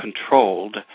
controlled